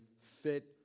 fit